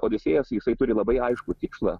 odisėjas jisai turi labai aiškų tikslą